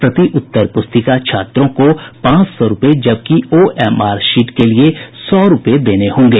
प्रति उत्तर प्रस्तिका छात्रों को पांच सौ रूपये जबकि ओएमआर शीट के लिये सौ रूपये देने होंगे